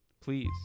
please